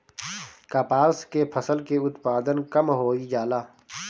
कपास के फसल के उत्पादन कम होइ जाला?